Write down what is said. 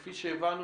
כפי שהבנו,